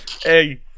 Hey